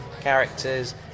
characters